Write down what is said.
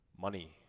money